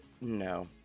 No